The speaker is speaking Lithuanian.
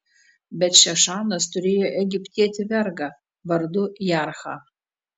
bet šešanas turėjo egiptietį vergą vardu jarhą